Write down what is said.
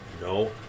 No